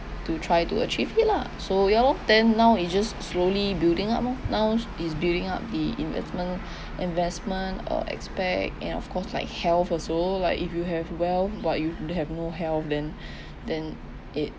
to try to achieve it lah so ya lor then now is just slowly building up oh now is building up the investment investment uh expect and of course like health also like if you have wealth but you don't have more health then then it